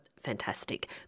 fantastic